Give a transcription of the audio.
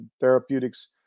therapeutics